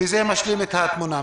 וזה ישלים את התמונה.